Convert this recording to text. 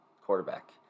quarterback